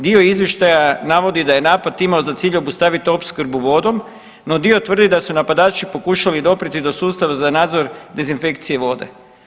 Dio izvještaja navodi da je napad imao za cilj obustaviti opskrbu vodom, no dio tvrdi da su napadači pokušali doprijeti do sustava za nadzor dezinfekcije vode.